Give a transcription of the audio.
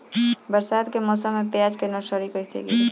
बरसात के मौसम में प्याज के नर्सरी कैसे गिरी?